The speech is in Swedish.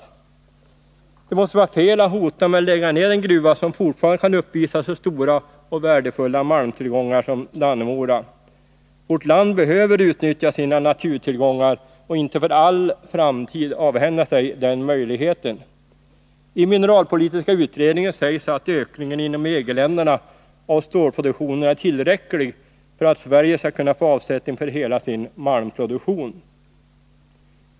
samhet Det måste vara fel att hota med att lägga ned en gruva som fortfarande kan uppvisa så stora och värdefulla malmtillgångar som Dannemora. Vårt land behöver utnyttja sina naturtillgångar och kan inte för all framtid avhända sig den möjligheten. I mineralpolitiska utredningen sägs att ökningen inom EG-länderna av stålproduktionen är tillräcklig för att Sverige skall kunna få avsättning för hela sin malmproduktion.